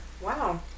Wow